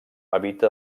evita